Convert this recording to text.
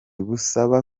busaba